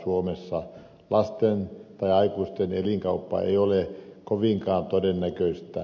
suomessa lasten tai aikuisten elinkauppa ei ole kovinkaan todennäköistä